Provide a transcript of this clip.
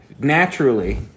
Naturally